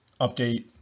update